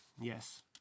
Yes